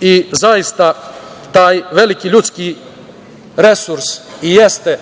i zaista taj veliki ljudski resurs jeste